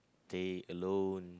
stay alone